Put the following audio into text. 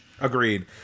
Agreed